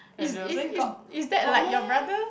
is is is is that like your brother